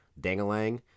dangalang